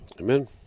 Amen